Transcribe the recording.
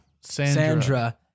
Sandra